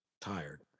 tired